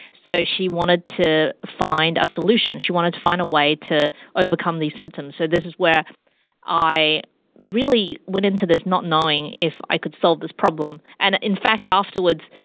so she wanted to find a solution, she wanted to find a way to overcome these symptoms. so this is where i really went into this not knowing if i could solve this problem and in fact, afterwards,